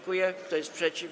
Kto jest przeciw?